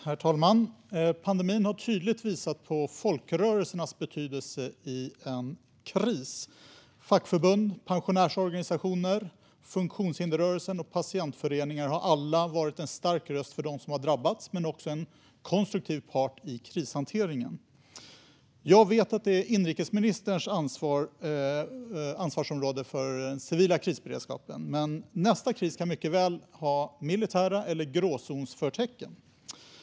Herr talman! Pandemin har tydligt visat på folkrörelsernas betydelse i en kris. Fackförbund, pensionärsorganisationer, funktionshindersrörelsen och patientföreningar har alla varit en stark röst för dem som har drabbats men också en konstruktiv part i krishanteringen. Jag vet att den civila krisberedskapen är inrikesministerns ansvarsområde. Men nästa kris kan mycket väl ha militära förtecken eller vara i gråzonen.